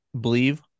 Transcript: Believe